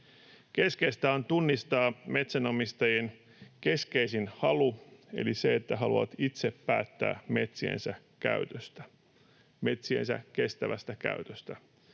Keskeistä on tunnistaa metsänomistajien keskeisin halu eli se, että he haluavat itse päättää metsiensä käytöstä — metsiensä kestävästä käytöstä.